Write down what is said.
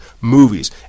movies